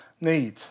need